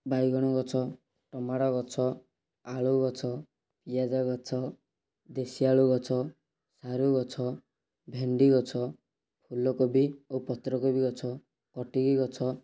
ବାଇଗଣ ଗଛ ଟୋମାଟୋ ଗଛ ଆଳୁ ଗଛ ପିଆଜ ଗଛ ଦେଶୀ ଆଳୁ ଗଛ ସାରୁ ଗଛ ଭେଣ୍ଡି ଗଛ ଫୁଲ କୋବି ଓ ପତ୍ର କୋବି ଗଛ କଟିକି ଗଛ